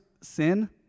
Sin